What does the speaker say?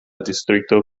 distrikto